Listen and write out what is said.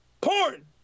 Porn